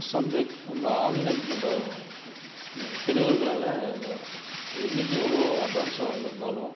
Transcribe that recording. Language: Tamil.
சந்தை நம்ம ஆதி காலத் நம்ம பெரியோர்களால் இன்னிக்கு எவ்வளோ அட்வான்ஸாக வந்திருந்தாலும்